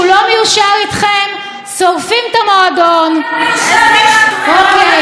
אתם הייתם רגילים להביט במראה,